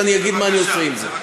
ואני אגיד מה אני עושה עם זה.